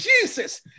Jesus